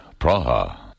Praha